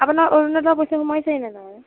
আপোনাৰ অৰুনোদৰ পইচা সুমাইছে নে নাই